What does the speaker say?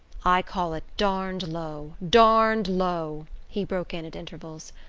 i call it darned low darned low he broke in at intervals.